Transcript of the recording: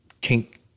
kink